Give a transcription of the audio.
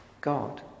God